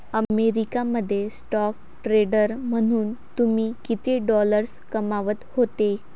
America मध्ये stock trader म्हणून तुम्ही किती डॉलर्स कमावत होते